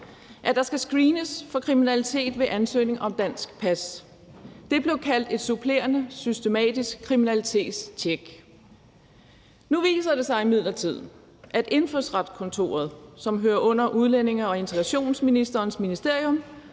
at der skal screenes for kriminalitet ved ansøgning om dansk pas. Det blev kaldt et supplerende, systematisk kriminalitetstjek. Nu viser det sig imidlertid, at Indfødsretskontoret, som hører under udlændinge- og integrationsministerens ministerium,